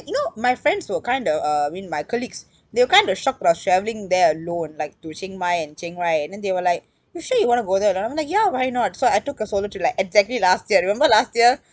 you know my friends will kinda uh I mean my colleagues they kind of shocked that I travelling there alone like to chiang mai and chiang rai and then they were like you sure you want to go there alone I'm like ya why not so I took a solo trip like exactly last year remember last year